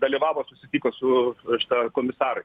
dalyvavo susitiko su va šita komisarais